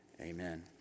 Amen